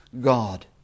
God